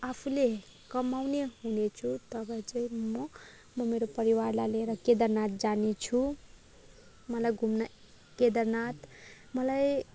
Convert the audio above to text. आफूले कमाउने हुने छु तब चाहिँ म म मेरो परिवारलाई लिएर केदारनाथ जाने छु मलाई घुम्न केदारनाथ मलाई